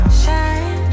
shine